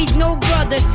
ah no brother.